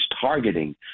targeting